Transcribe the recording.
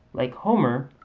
like homer,